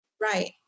Right